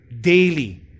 daily